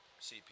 cp